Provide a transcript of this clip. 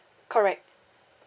correct